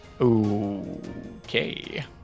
Okay